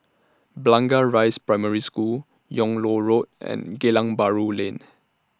Blangah Rise Primary School Yung Loh Road and Geylang Bahru Lane